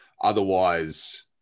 otherwise